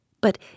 But